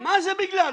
--- מה זה בגלל?